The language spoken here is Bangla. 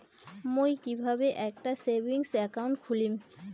মুই কিভাবে একটা সেভিংস অ্যাকাউন্ট খুলিম?